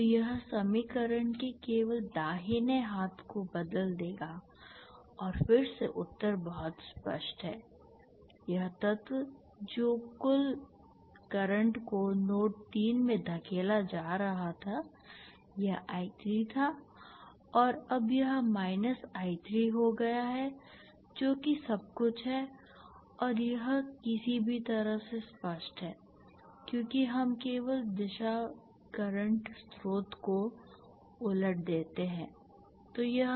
तो यह समीकरण के केवल दाहिने हाथ को बदल देगा और फिर से उत्तर बहुत स्पष्ट है यह तत्व जो कुल धारा को नोड 3 में धकेला जा रहा था यह I3 था और अब यह माइनस I3 हो गया है जो कि सब कुछ है और यह किसी भी तरह से स्पष्ट है क्योंकि हम केवल दिशा करंट स्रोत को उलट देते हैं